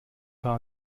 paar